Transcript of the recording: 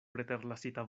preterlasita